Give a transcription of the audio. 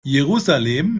jerusalem